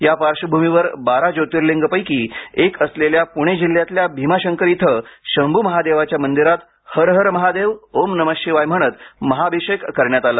या पार्श्वभूमीवर बारा ज्योतिर्लिंग पैकी एक असलेल्या पुणे जिल्ह्यातल्या भीमाशंकर येथे शंभू महादेवाच्या मंदिरात हर हर महादेव ओम नम शिवाय म्हणत महाअभिषेक करण्यात आला